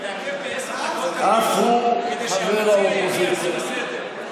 לעכב בעשר דקות את הדיון כדי שהמציע יגיע זה בסדר,